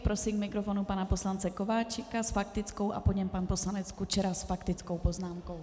A prosím k mikrofonu pana poslance Kováčika s faktickou a po něm pan poslanec Kučera s faktickou poznámkou.